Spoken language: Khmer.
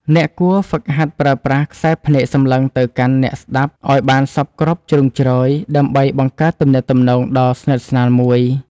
អ្នកគួរហ្វឹកហាត់ប្រើប្រាស់ខ្សែភ្នែកសម្លឹងទៅកាន់អ្នកស្ដាប់ឱ្យបានសព្វគ្រប់ជ្រុងជ្រោយ ដើម្បីបង្កើតទំនាក់ទំនងដ៏ស្និទ្ធស្នាលមួយ។